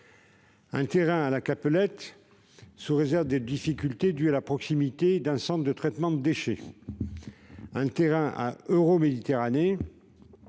un terrain à la Capelette, sous réserve de difficultés dues à la proximité d'un centre de traitement des déchets ; sur un terrain à Euroméditerranée